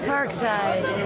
Parkside